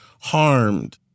harmed